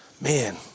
man